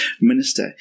minister